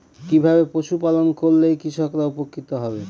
কিভাবে পশু পালন করলেই কৃষকরা উপকৃত হবে?